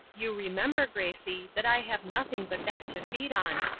you remember, gracie, that i have nothing but that to feed on,